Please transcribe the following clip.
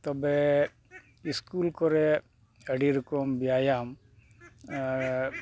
ᱛᱚᱵᱮ ᱥᱠᱩᱞ ᱠᱚᱨᱮᱫ ᱟᱹᱰᱤ ᱨᱚᱠᱚᱢ ᱵᱮᱭᱟᱢ ᱟᱨ